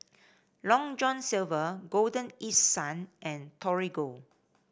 Long John Silver Golden East Sun and Torigo